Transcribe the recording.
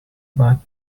but